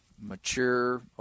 mature